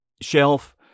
shelf